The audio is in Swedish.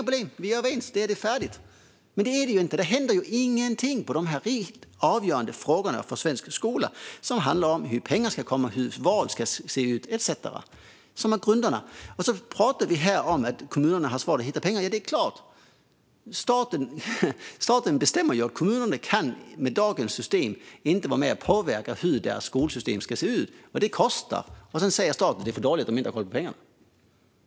Men inget är färdigt, och det händer ingenting i de för svensk skola avgörande frågorna om pengar, skolval etcetera. Det är klart att kommunerna har svårt att hitta pengar. Staten bestämmer ju, och med dagens system kan kommunerna inte vara med och påverka hur skolsystemet ska se ut. Detta kostar, och så säger staten att det är dåligt att kommunerna inte har koll på pengarna.